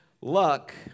luck